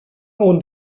own